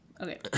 Okay